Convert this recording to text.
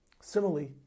Similarly